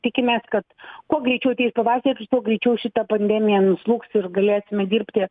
tikimės kad kuo greičiau ateis pavasaris tuo greičiau šita pandemija nuslūgs ir galėsime dirbti